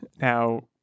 Now